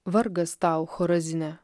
vargas tau chorazine